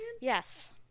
Yes